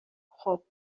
خوب